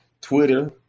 Twitter